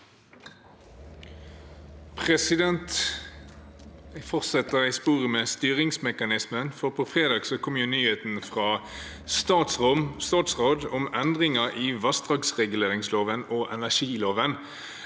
Jeg fortsetter i sporet med styringsmekanismen, for på fredag kom nyheten fra statsråden om endringer i vassdragsreguleringsloven og energiloven.